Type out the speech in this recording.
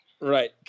Right